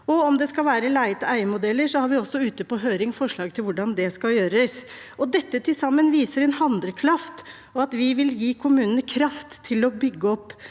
Om det skal være leie-til-eie-modeller, har vi også ute på høring forslag til hvordan det skal gjøres. Dette til sammen viser handlekraft, og at vi vil gi kommunene kraft til å bygge opp